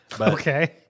Okay